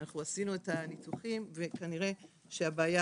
אנחנו עשינו את הניתוחים וכנראה שהבעיה